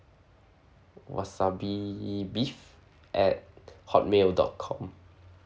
wasabi beef at hotmail dot com